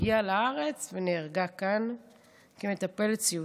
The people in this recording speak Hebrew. הגיעה לארץ ונהרגה כאן כמטפלת סיעודית.